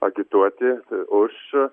agituoti už